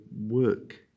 work